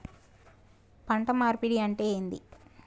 పంట మార్పిడి అంటే ఏంది?